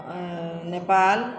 Nepal